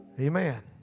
Amen